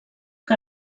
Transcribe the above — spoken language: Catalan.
que